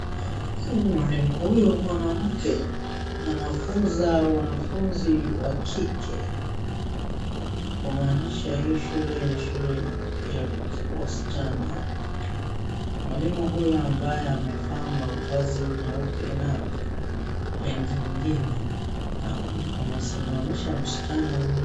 Mwalimu huyu mwanamke anafunza wanafunzi wa kike humaanisha hii shule ni shule ya wasichana. Mwalimu huyu ambaye amevaa mavazi nyeupe na rangi ingine amesimamisha msichana mmoja.